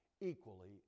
equally